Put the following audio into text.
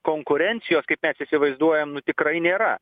konkurencijos kaip mes įsivaizduojam nu tikrai nėra